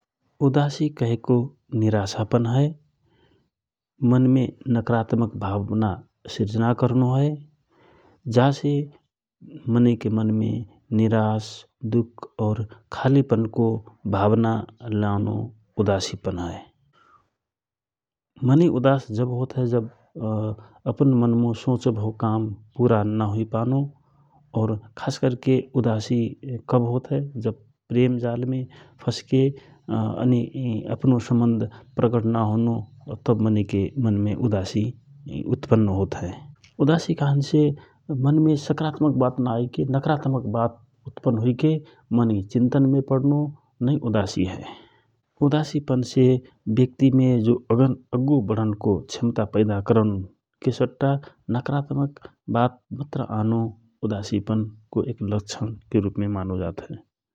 उदासि कहेको निरासापन हए । मनमे नकरात्मक भावना सृजना करनो हए जा से मनै के मन मे निरास दुःख और खालिपनको भावना लानो उदासिपन हए । मनै उदास जव होत हए जव अपन मनमे सोचो भव काम पुरा नाहुपानो और खास करके उदासि कब होत हए जब प्रेमजालमे फसके अनि अपनो सम्बन्धप्रगट ना होनो तव मनैके मनमे उदासि उत्पन्न होत हए । उदासि कहन्से मनमे सकारात्मक वात नआइ के नाकारात्मकबात उत्पन्न हुइके मनै चिन्तन मे पडनो नै उदासि हए । उदासिपन से ब्यक्तिमे जो अग्गु वढन को क्षमता पैदा करनके सट्टा नकारात्मक बात मात्र आनो उदासिपनको एक लक्षणके रूपमे मानो जात हए ।